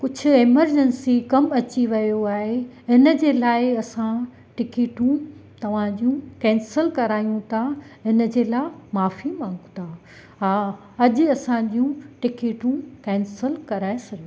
कुझु अमर्जेंसी कमु अची वियो आहे हिन जे लाइ असां टिकिटूं तव्हां जूं केंसिल करायूं था हिन जे लाइ माफ़ी मंगू था हा अॼु असां जूं टिकिटूं केंसिल कराए छॾो